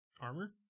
armor